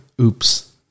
oops